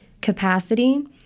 capacity